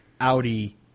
Audi